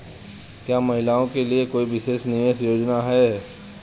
क्या महिलाओं के लिए कोई विशेष निवेश योजना है?